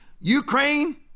Ukraine